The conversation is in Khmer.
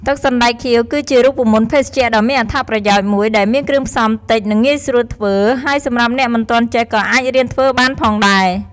ទឹកសណ្ដែកខៀវ គឺជារូបមន្តភេសជ្ជៈដ៏មានអត្ថប្រយោជន៍មួយ ដែលមានគ្រឿងផ្សំតិច និងងាយស្រួលធ្វើ ហើយសម្រាប់អ្នកមិនទាន់ចេះក៏អាចរៀនធ្វើបានផងដែរ។